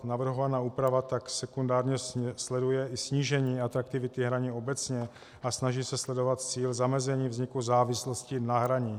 Navrhovaná úprava tak sekundárně sleduje i snížení atraktivity hraní obecně a snaží se sledovat cíl zamezení vzniku závislosti na hraní.